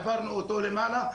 העברנו אותו למעלה.